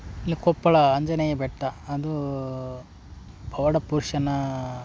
ಇಲ್ಲಿ ಕೊಪ್ಪಳ ಆಂಜನೇಯ ಬೆಟ್ಟ ಅದು ಪವಾಡ ಪುರ್ಷನ